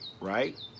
right